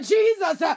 Jesus